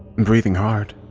and breathing hard,